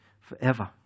forever